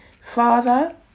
Father